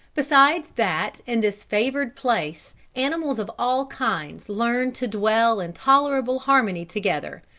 besides that in this favoured place animals of all kinds learn to dwell in tolerable harmony together,